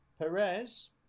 Perez